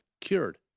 cured